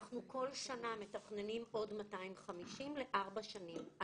אנחנו כל שנה מתכננים עוד 250 לארבע שנים.